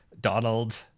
donald